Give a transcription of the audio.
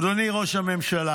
אדוני ראש הממשלה,